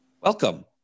welcome